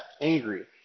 angry